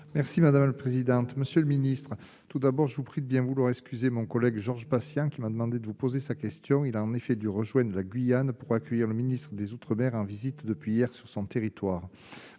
Merci madame la présidente, monsieur le ministre, tout d'abord, je vous prie de bien vouloir excuser mon collègue Georges Patient qui m'a demandé de vous poser sa question, il a en effet dû rejoigne la Guyane pour accueillir le ministre des Outre-Mer en visite depuis hier sur son territoire,